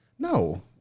No